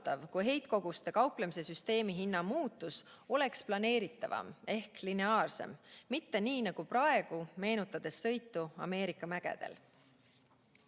kui heitkoguste kauplemise süsteemi hinna muutus oleks planeeritavam ehk lineaarsem, mitte nii nagu praegu, meenutades sõitu Ameerika mägedel.